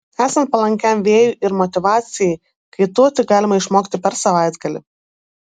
esant palankiam vėjui ir motyvacijai kaituoti galima išmokti per savaitgalį